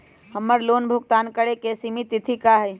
हमर लोन भुगतान करे के सिमित तिथि का हई?